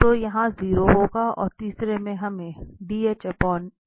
तो यह 0 होगा और तीसरे से हमें dh dz मिलेगा